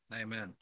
Amen